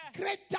Greater